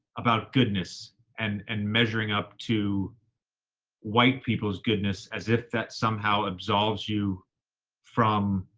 about goodness and and measuring up to white people's goodness as if that somehow absolves you from